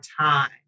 time